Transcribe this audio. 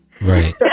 Right